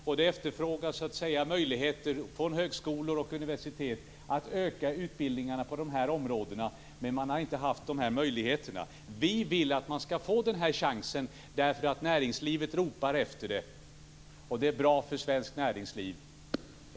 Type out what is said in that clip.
Högskolor och universitet efterfrågar möjligheter att utöka utbildningarna på dessa områden, men man har inte haft dessa möjligheter. Vi vill ge dem denna chans, därför att näringslivet ropar efter det. Det är bra för svenskt näringsliv.